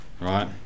right